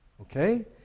Okay